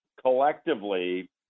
collectively